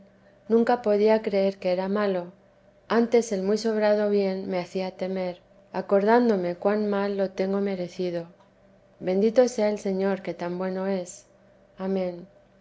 nunca podía creer que era malo antes el muy sobrado bien me hacía temer acordándome cuan mal lo tengo merecido bendito sea el señor que tan bueno es amén